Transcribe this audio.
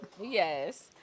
Yes